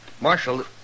Marshal